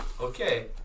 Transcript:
Okay